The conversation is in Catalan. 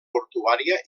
portuària